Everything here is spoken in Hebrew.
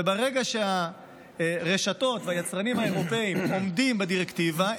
וברגע שהרשתות והמוצרים האירופיים עומדים בדירקטיבה,